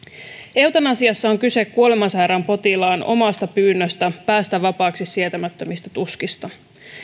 eutanasiassa on kyse kuolemansairaan potilaan omasta pyynnöstä päästä vapaaksi sietämättömistä tuskista